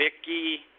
Vicky